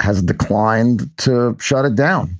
has declined to shut it down.